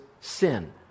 sin